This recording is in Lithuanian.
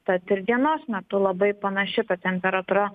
tad ir dienos metu labai panaši ta temperatūra